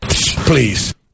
Please